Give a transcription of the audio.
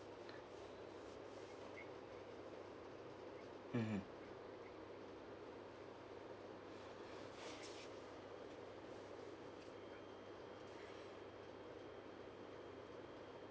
mmhmm